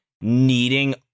needing